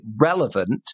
relevant